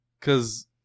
Cause